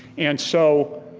and so